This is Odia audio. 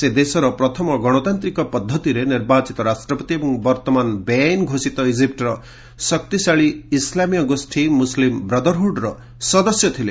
ସେ ଦେଶର ପ୍ରଥମ ଗଣତାନ୍ତ୍ରିକ ପଦ୍ଧତିରେ ନିର୍ବାଚିତ ରାଷ୍ଟ୍ରପତି ଏବଂ ବର୍ତ୍ତମାନ ବେଆଇନ ଘୋଷିତ ଇଜିପୂର ଶକ୍ତିଶାଳୀ ଇସ୍ଲାମୀୟ ଗୋଷ୍ଠୀ ମୁସଲିମ୍ ବ୍ରଦରହୁଡ୍ର ସଦସ୍ୟ ଥିଲେ